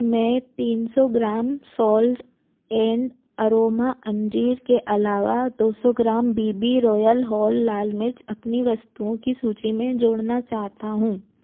मैं तीन सौ ग्राम सोल्ज़ ऐन अरोमा अंजीर के अलावा दौ सौ gram B B royal whole लाल मिर्च अपनी वस्तुओं की सूची में जोड़ना चाहता हूँ